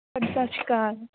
ਹਾਂਜੀ ਸਤਿ ਸ਼੍ਰੀ ਅਕਾਲ